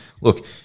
Look